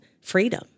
freedom